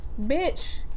Bitch